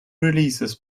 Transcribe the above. releases